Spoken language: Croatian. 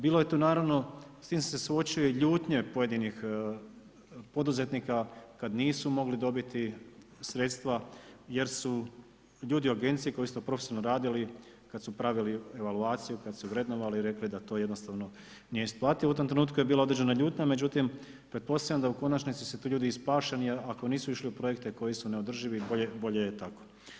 Bilo je to naravno, s tim se suočio ljutne pojedinih poduzetnika, kada nisu mogli dobiti sredstva, jer su ljudi u agenciji koji su to profesionalno radili, kada su pravili ovacije, pa su vrednovali, rekli da to jednostavno nije isplativo, u tom trenutku je bilo određena ljutnja, međutim, pretpostavljam da u konačnici su ti ljudi i spašeni, ako nisu išli u projekte koji su neodrživi bolje je tako.